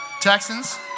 Texans